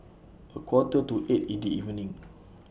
A Quarter to eight in The evening